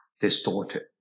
distorted